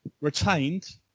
retained